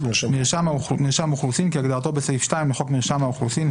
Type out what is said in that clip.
"מרשם אוכלוסין" כהגדרתו בסעיף 2 לחוק מרשם האוכלוסין,